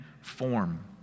form